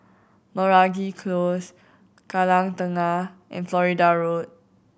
Meragi Close Kallang Tengah and Florida Road